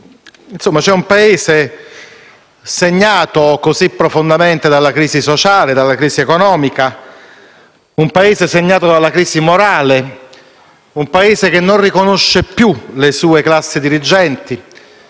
fuoco. Il Paese è segnato così profondamente dalla crisi sociale ed economica; è un Paese segnato dalla crisi morale; un Paese che non riconosce più le sue classi dirigenti